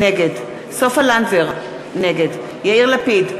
נגד סופה לנדבר, נגד יאיר לפיד,